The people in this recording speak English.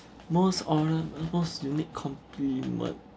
most hone~ most unique compliment